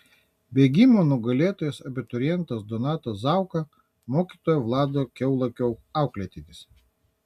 bėgimo nugalėtojas abiturientas donatas zauka mokytojo vlado kiaulakio auklėtinis